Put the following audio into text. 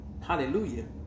Hallelujah